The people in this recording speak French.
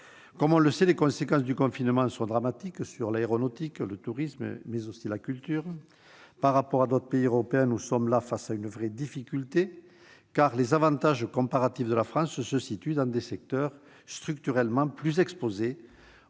Comme on le sait, les conséquences du confinement sont dramatiques sur l'aéronautique, le tourisme et la culture. Par rapport à d'autres pays européens, nous sommes là face à une vraie difficulté, car les avantages comparatifs de la France se situent dans des secteurs structurellement plus exposés